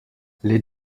les